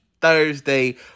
Thursday